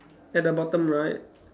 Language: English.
at the bottom right